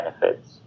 benefits